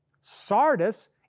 Sardis